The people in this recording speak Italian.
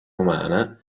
romana